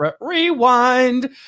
Rewind